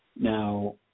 Now